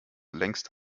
längst